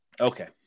Okay